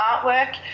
artwork